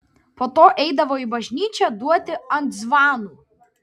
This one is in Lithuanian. po to eidavo į bažnyčią duoti ant zvanų